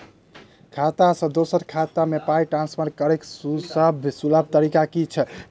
खाता सँ दोसर खाता मे पाई ट्रान्सफर करैक सभसँ सुलभ तरीका की छी?